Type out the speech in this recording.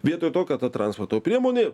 vietoj to kad ta transporto priemonė